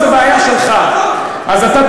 אתה לא רוצה לשמוע, זה בעיה שלך, אז אתה טועה.